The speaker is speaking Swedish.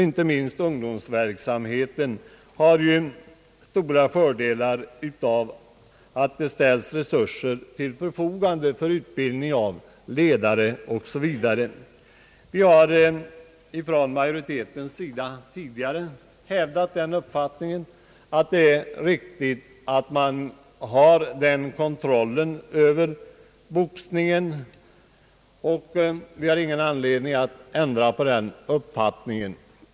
Inte minst ungdomsverksamheten har ju stora fördelar av att resurser ställs till förfogande för utbildning av ledare osv. Majoriteten har tidigare hävdat den uppfattningen att den kontrollen över boxningen är riktig, och vi har ingen anledning att ändra på den.